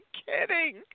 kidding